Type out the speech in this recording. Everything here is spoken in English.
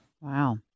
Wow